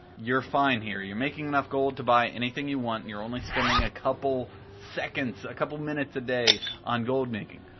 you're fine here. you're making enough gold to buy anything you want and you're only spending a couple seconds, a couple minutes a day on goldmaking.